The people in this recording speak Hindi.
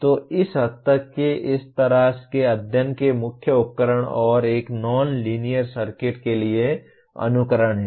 तो इस हद तक कि इस तरह के अध्ययन के मुख्य उपकरण और एक नॉन लीनियर सर्किट के लिए अनुकरण है